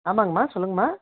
ஆமாங்கமா சொல்லுங்கமா